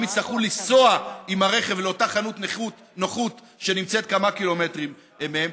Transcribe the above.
הם יצטרכו לנסוע עם הרכב לאותה חנות נוחות שנמצאת כמה קילומטרים מהם.